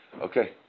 Okay